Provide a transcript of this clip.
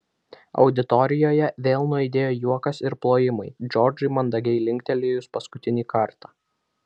auditorijoje vėl nuaidėjo juokas ir plojimai džordžui mandagiai linktelėjus paskutinį kartą